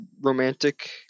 romantic